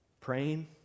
praying